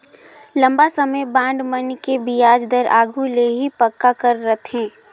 लंबा समे बांड मन के बियाज दर आघु ले ही पक्का कर रथें